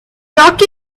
rocky